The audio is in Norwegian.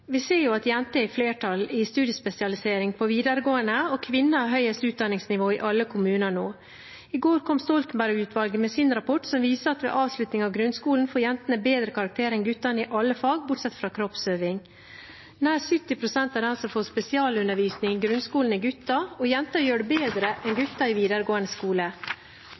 Vi ser at jenter er i flertall i studiespesialisering på videregående, og kvinner har høyest utdanningsnivå i alle kommuner nå. I går kom Stoltenberg-utvalget med sin rapport, som viser at ved avslutning av grunnskolen får jentene bedre karakterer enn guttene i alle fag bortsett fra kroppsøving. Nær 70 pst. av dem som får spesialundervisning i grunnskolen, er gutter. Jenter gjør det bedre enn gutter i videregående skole.